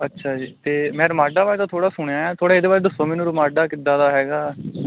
ਅੱਛਾ ਜੀ ਅਤੇ ਮੈਂ ਰਮਾਡਾ ਬਾਰੇ ਤਾਂ ਥੋੜ੍ਹਾ ਸੁਣਿਆ ਥੋੜ੍ਹਾ ਇਹਦੇ ਬਾਰੇ ਦੱਸੋ ਮੈਨੂੰ ਰਮਾਡਾ ਕਿੱਦਾਂ ਦਾ ਹੈਗਾ